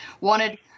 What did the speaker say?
wanted